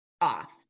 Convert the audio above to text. off